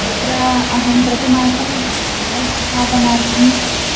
तत्र अहं प्रतिमासं नेट् स्थापनार्थं